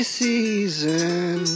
season